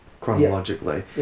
chronologically